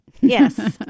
Yes